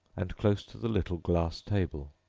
and close to the little glass table.